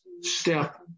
step